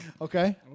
Okay